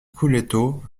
couleto